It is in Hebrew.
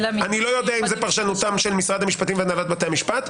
אני לא יודע אם זאת פרשנותם של משרד המשפטים והנהלת בתי המשפט,